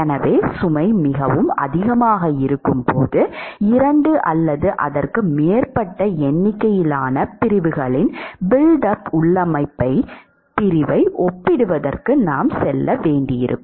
எனவே சுமை மிக அதிகமாக இருக்கும்போது இரண்டு அல்லது அதற்கு மேற்பட்ட எண்ணிக்கையிலான பிரிவுகளின் பில்ட் அப் உள்ளமைக்கப்பட்ட பிரிவை ஒப்பிடுவதற்கு நாம் செல்ல வேண்டியிருக்கும்